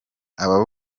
abo